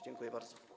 Dziękuję bardzo.